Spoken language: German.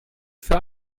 für